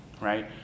Right